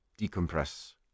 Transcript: decompress